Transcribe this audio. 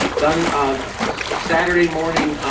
done saturday morning